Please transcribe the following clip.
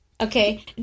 Okay